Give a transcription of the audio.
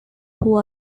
who